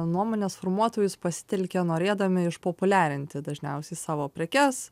nuomonės formuotojus pasitelkia norėdami išpopuliarinti dažniausiai savo prekes